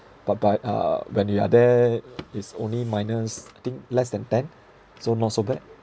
but but uh when we are there is only minus I think less than ten so not so bad